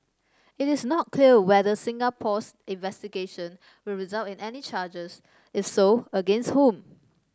it is not clear whether Singapore's investigation will result in any charges if so against whom